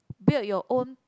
build your own